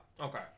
Okay